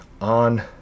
on